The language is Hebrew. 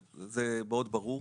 שלו.